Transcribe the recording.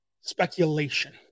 speculation